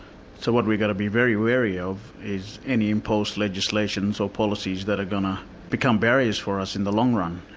so what we've got to be very wary of is any imposed legislations or policies that are going to become barriers for us in the long run,